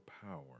power